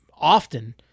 often